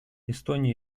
эстония